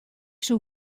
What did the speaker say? soe